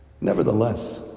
Nevertheless